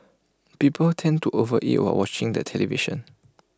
people tend to overeat while watching the television